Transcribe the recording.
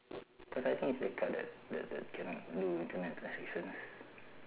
cause I think it's the card that that that cannot do internet transactions